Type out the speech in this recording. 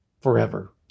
forever